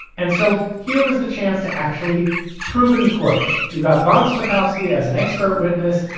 and so here was the chance to actually prove in court you got von spakovsky as an expert witness.